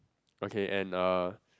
okay and a